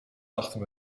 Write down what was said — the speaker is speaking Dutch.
dachten